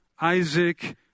Isaac